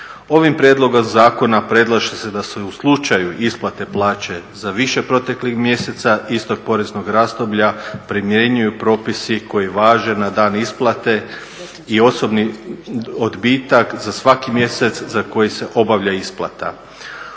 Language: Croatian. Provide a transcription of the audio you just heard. Ovim prijedlogom zakona predlaže se da se u slučaju isplate plaće za više proteklih mjeseci istog poreznog razdoblja primjenjuju propisi koji važe na dan isplate i osobni odbitak za svaki mjesec za koji se obavlja isplata,